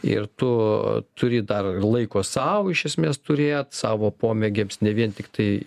ir tu turi dar laiko sau iš esmės turėt savo pomėgiams ne vien tiktai